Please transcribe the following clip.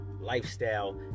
lifestyle